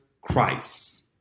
Christ